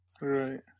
Right